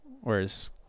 Whereas